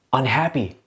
unhappy